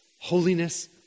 holiness